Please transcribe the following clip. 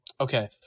Okay